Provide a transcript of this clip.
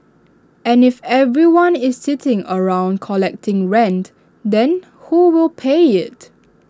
and if everyone is sitting around collecting rent then who will pay IT